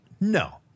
No